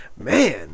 Man